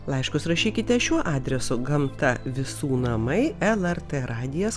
laiškus rašykite šiuo adresu gamta visų namai lrt radijas